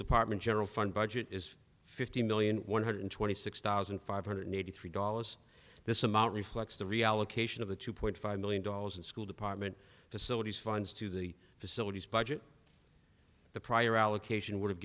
department general fund budget is fifty million one hundred twenty six thousand five hundred eighty three dollars this amount reflects the reallocation of the two point five million dollars and school department facilities funds to the facilities budget the prior allocation would have